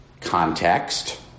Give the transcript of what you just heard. context